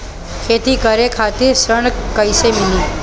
खेती करे खातिर ऋण कइसे मिली?